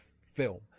film